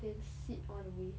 then sit all the way